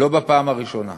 לא בפעם הראשונה.